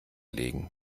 legen